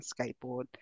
skateboard